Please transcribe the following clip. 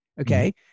okay